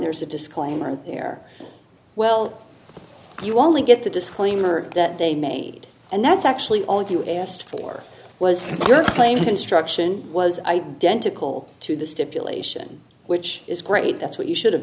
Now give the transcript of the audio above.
there's a disclaimer there well you only get the disclaimer that they made and that's actually all you asked for was your claim instruction was identical to the stipulation which is great that's what you should have